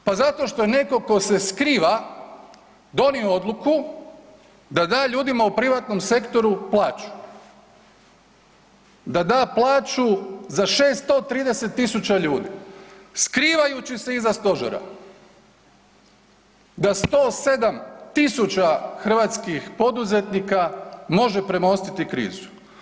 Pa zato što je neko ko se skriva donio odluku da da ljudima u privatnom sektoru plaću, da da plaću za 630.000 ljudi skrivajući se iza stožera, da 107.000 hrvatskih poduzetnika može premostiti krizu.